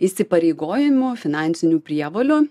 įsipareigojimų finansinių prievolių